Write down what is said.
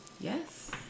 Yes